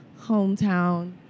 hometown